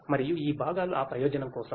మరియు ఈ భాగాలు ఆ ప్రయోజనం కోసం